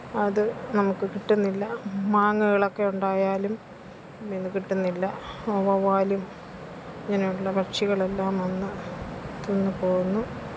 അത് നമുക്ക് കിട്ടുന്നില്ല മാങ്ങകളൊക്കെ ഉണ്ടായാലും വീണു കിട്ടുന്നില്ല വവ്വാലും ഇങ്ങനെയുള്ള പക്ഷികളെല്ലാം വന്നു തിന്നു പോകുന്നു